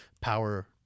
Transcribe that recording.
power